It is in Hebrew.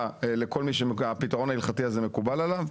לכל מי שהפתרון ההלכתי הזה מקובל עליו,